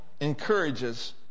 encourages